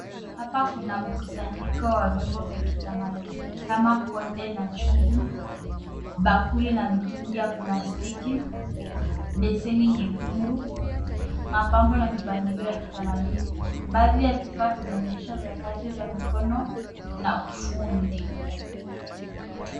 Hapa kuna mkusanyiko wa vyombo vya kitamaduni, kama konde na chungu, bakuli na mitungi ya plastiki, beseni nyekundu, mapambo na mipangilio ya kitamaduni. Baadhi ya vifaa vinaonyesha vyakazi vya mikono, na ufundi.